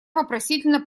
вопросительно